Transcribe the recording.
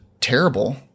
terrible